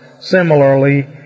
similarly